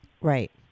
Right